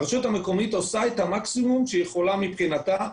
הרשות המקומית עושה את המקסימום שהיא יכולה מבחינתה,